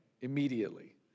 immediately